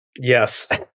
Yes